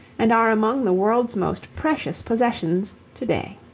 and are among the world's most precious possessions to-day.